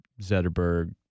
Zetterberg